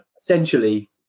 essentially